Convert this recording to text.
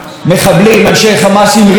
אנשי חמאס עם רימונים אין ברירה,